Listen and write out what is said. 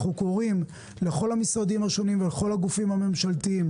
אנחנו קוראים לכל המשרדים השונים ולכל הגופים הממשלתיים,